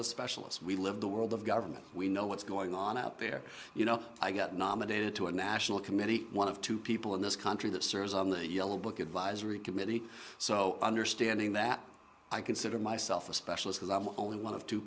the specialists we live the world of government we know what's going on out there you know i got nominated to a national committee one of two people in this country that serves on the yellow book advisory committee so understanding that i consider myself a specialist as i'm only one of two